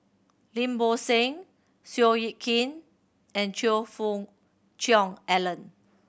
Lim Bo Seng Seow Yit Kin and Choe Fook Cheong Alan